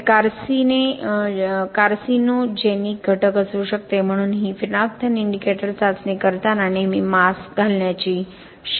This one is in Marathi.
हे कार्सिनोजेनिक घटक असू शकते म्हणून ही फेनोल्फथालीन इंडिकेटर चाचणी करताना नेहमी मास्क घालण्याची शिफारस केली जाते